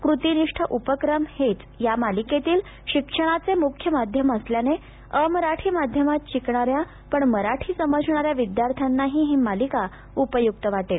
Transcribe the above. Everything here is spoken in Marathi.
कृतीनिष्ठ उपक्रम हेच या मालिकेतील शिक्षणाचे म्ख्य माध्यम असल्याने अमराठी माध्यमात शिकणाऱ्या पण मराठी समजणाऱ्या विद्यार्थ्यांनाही ही मालिका उपयुक्त वाटेल